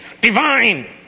divine